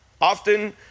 Often